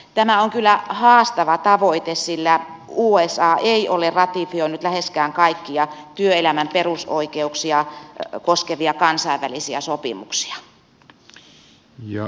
tämä on kyllä haastava tavoite sillä usa ei ole ratifioinut läheskään kaikkia työelämän perusoikeuksia koskevia kansainvälisiä sopimuksia